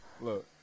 Look